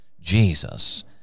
Jesus